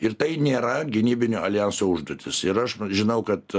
ir tai nėra gynybinio aljanso užduotis ir aš žinau kad